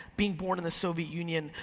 being born in the soviet union,